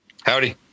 Howdy